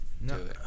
No